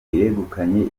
yegukanye